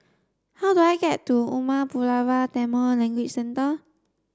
how do I get to Umar Pulavar Tamil Language Centre